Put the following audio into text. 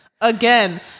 again